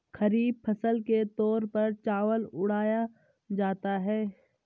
खरीफ फसल के तौर पर चावल उड़ाया जाता है